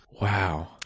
Wow